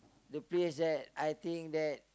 the player said I think that